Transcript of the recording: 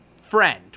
friend